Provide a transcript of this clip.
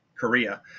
Korea